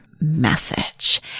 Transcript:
message